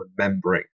remembering